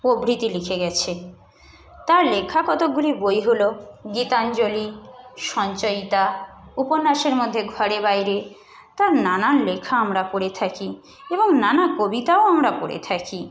প্রভৃতি লিখে গেছে তার লেখা কতকগুলি বই হল গীতাঞ্জলি সঞ্চয়িতা উপন্যাসের মধ্যে ঘরে বাইরে তার নানান লেখা আমরা পড়ে থাকি এবং নানা কবিতাও আমরা পড়ে থাকি